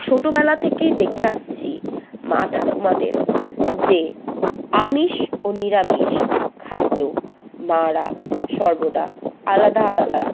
ছোটোবেলা থেকেই দেখে আসছি মা ঠাকুমাদের যে আমিষ ও নিরামিষ খাদ্য মা রা সর্বদা আলাদা আলাদা রাখতো